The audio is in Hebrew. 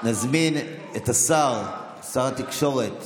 נזמין את השר, שר התקשורת